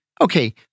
Okay